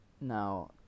Now